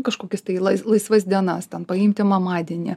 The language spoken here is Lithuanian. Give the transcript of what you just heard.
kažkokias tai lais laisvas diena paimti mamadienį